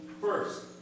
first